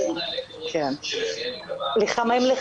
והן באות לבקש 'תוציאו אותנו לחל"ת